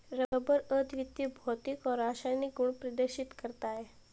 rubber अद्वितीय भौतिक और रासायनिक गुण प्रदर्शित करता है